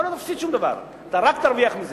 אתה לא מפסיד שום דבר, אתה רק תרוויח מזה.